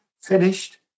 Finished